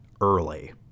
early